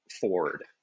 Ford